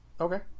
Okay